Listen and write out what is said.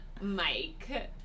Mike